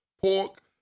pork